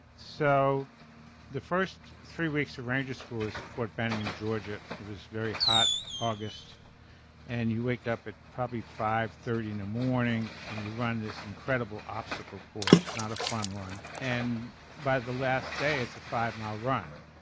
so the first three weeks of ranger school is at fort benning in georgia. it was very hot august and you wake up at probably five thirty in the morning and you run this incredible obstacle course not a fun one. and by the last day it's a five mile run.